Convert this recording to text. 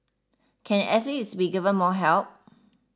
can athletes be given more help